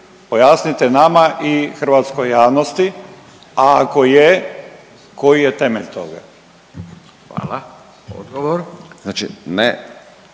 Pojasnite nama i hrvatskoj javnosti. A ako je, koji je temelj toga? **Radin,